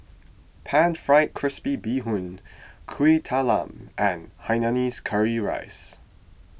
Pan Fried Crispy Bee Hoon Kueh Talam and Hainanese Curry Rice